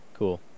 cool